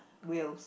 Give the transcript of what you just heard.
wheels